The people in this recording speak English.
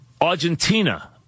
Argentina